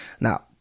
now